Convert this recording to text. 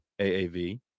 AAV